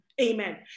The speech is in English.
amen